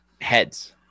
heads